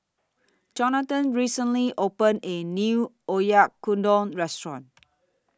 Jonathon recently opened A New Oyakodon Restaurant